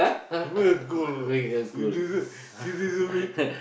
you go and go lah you do that she doesn't wait